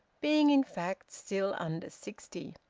being in fact still under sixty.